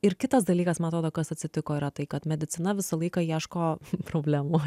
ir kitas dalykas man atrodo kas atsitiko yra tai kad medicina visą laiką ieško problemų